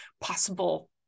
possible